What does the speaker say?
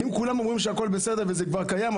אם כולם אומרים שהכול בסדר וזה כבר קיים,